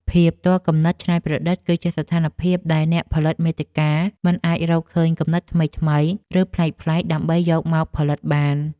ភាពទាល់គំនិតច្នៃប្រឌិត គឺជាស្ថានភាពដែលអ្នកផលិតមាតិកាមិនអាចរកឃើញគំនិតថ្មីៗ ឬប្លែកៗដើម្បីយកមកផលិតបាន។